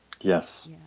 yes